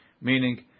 meaning